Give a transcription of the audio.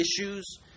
issues